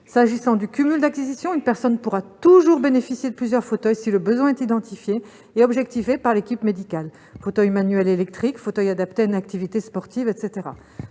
S'agissant du cumul d'acquisition, une personne pourra toujours bénéficier de plusieurs fauteuils si le besoin est identifié et objectivé par l'équipe médicale : fauteuil manuel et électrique, fauteuil adapté à une activité sportive, etc.